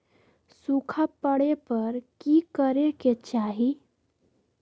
सूखा पड़े पर की करे के चाहि